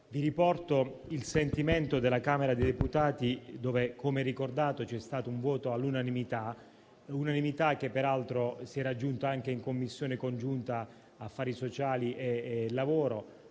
Vi riporto il sentimento della Camera dei deputati che ha espresso, come ricordato, un voto all'unanimità, che peraltro si è raggiunta anche nelle Commissioni congiunte affari sociali e lavoro.